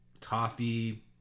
toffee